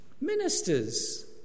Ministers